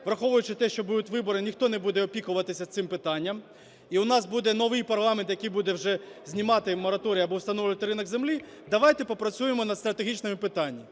враховуючи те, що будуть вибори, ніхто не буде опікуватися цим питанням, і у нас буде новий парламент, який буде вже знімати мораторій або встановлювати ринок землі, давайте попрацюємо над стратегічними питаннями.